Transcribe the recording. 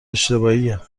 اشتباهیه